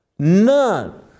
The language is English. none